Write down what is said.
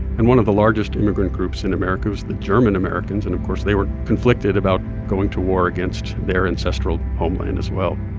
and one of the largest immigrant groups in america was the german americans. and of course, they were conflicted about going to war against their ancestral homeland as well